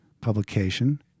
publication